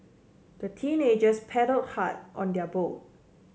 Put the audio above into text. the teenagers paddle hard on their boat